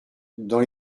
dans